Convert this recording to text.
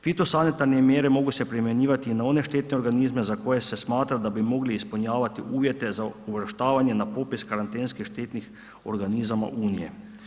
Fitosanitarne mjere mogu se primjenjivati na one štetne organizme za koje se smatra da bi mogli ispunjavati uvjete za uvrštavanje na popis karantenski štetnih organizama Unije.